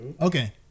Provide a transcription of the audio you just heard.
Okay